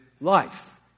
life